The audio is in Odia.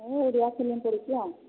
ହଁ ଓଡ଼ିଆ ଫିଲ୍ମ୍ ପଡ଼ିଛି ଆଉ